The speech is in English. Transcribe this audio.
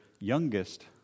youngest